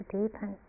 deepen